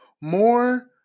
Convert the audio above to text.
more